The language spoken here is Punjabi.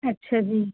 ਅੱਛਾ ਜੀ